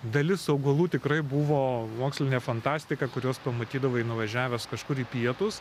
dalis augalų tikrai buvo mokslinė fantastika kuriuos pamatydavai nuvažiavęs kažkur į pietus